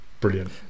brilliant